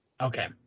Okay